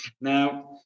now